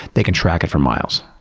they can track it for miles.